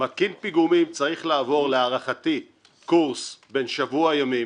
מרכיב פיגומים צריך לעבור להערכתי קורס בן שבוע ימים,